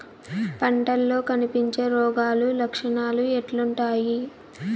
పంటల్లో కనిపించే రోగాలు లక్షణాలు ఎట్లుంటాయి?